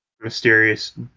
mysterious